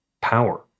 power